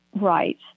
right